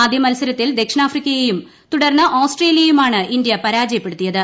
ആദ്യ മത്സരത്തിൽ ദക്ഷിണാഫ്രിക്കയേയും തുടർന്ന് ഓസ്ട്രേലിയയെയുമാണ് ഇന്തൃ പരാജയപ്പെടുത്തിയത്